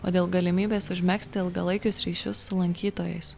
o dėl galimybės užmegzti ilgalaikius ryšius su lankytojais